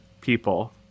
people